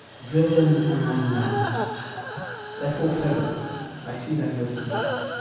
villain am i none therefore farewell i see thou know'st me not.